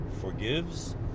forgives